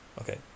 Okay